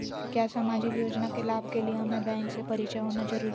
क्या सामाजिक योजना के लाभ के लिए हमें बैंक से परिचय होना जरूरी है?